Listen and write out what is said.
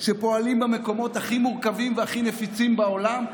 שפועלים במקומות הכי מורכבים והכי נפיצים בעולם?